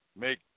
make